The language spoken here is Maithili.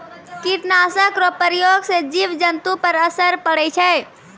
कीट नाशक रो प्रयोग से जिव जन्तु पर असर पड़ै छै